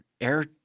air